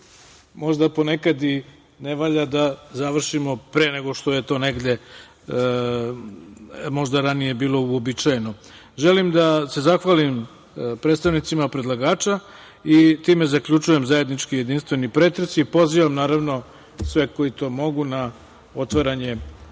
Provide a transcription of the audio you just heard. Možda po nekad i ne valja da završimo pre, možda je ranije to bilo uobičajeno. Želim da se zahvalim predstavnicima predlagača i time zaključujem zajednički jedinstveni pretres i pozivam naravno sve one koji mogu na otvaranje spomenika